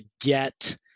get